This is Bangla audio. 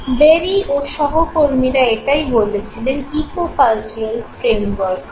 বেরি নিয়ে